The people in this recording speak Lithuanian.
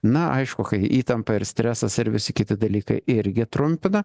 na aišku kai įtampa ir stresas ir visi kiti dalykai irgi trumpina